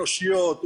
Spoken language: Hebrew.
אנושיות,